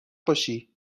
باشی